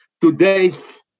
today's